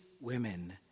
women